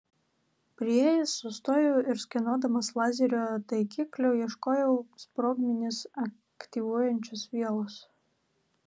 priėjęs sustojau ir skenuodamas lazerio taikikliu ieškojau sprogmenis aktyvuojančios vielos